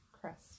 crest